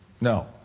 No